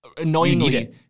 annoyingly-